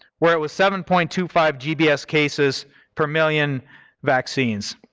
where it was seven point two five gbs cases per million vaccines.